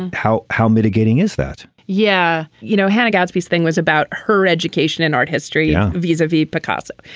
and how how mitigating is that yeah you know how to gatsby's thing was about her education and art history know yeah visa v. picasso.